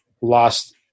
lost